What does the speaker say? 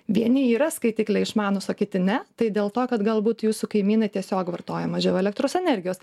vieni yra skaitikliai išmanūs o kiti ne tai dėl to kad galbūt jūsų kaimynai tiesiog vartoja mažiau elektros energijos